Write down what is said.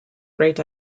great